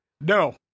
No